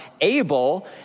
Abel